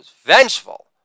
vengeful